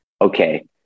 okay